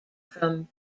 from